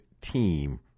team